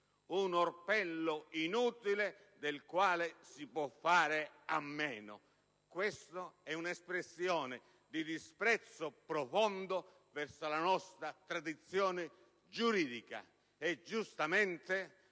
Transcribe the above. un orpello inutile del quale si può fare a meno. Questa è un'espressione di disprezzo profondo verso la nostra tradizione giuridica, e giustamente